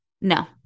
no